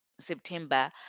September